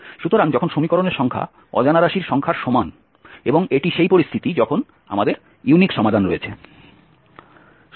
সুতরাং যখন সমীকরণের সংখ্যা অজানা রাশির সংখ্যার সমান এবং এটি সেই পরিস্থিতি যখন আমাদের ইউনিক সমাধান রয়েছে